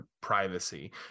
privacy